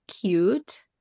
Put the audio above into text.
cute